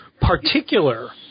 particular